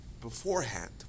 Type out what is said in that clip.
beforehand